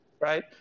right